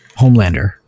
Homelander